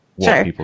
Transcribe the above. Sure